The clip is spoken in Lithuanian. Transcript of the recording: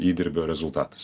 įdirbio rezultatas